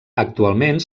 actualment